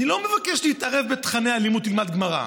אני לא מבקש להתערב בתוכני הלימוד, תלמד גמרא,